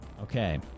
Okay